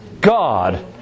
God